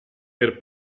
per